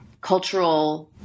cultural